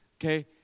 Okay